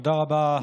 תודה רבה,